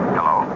Hello